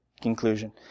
conclusion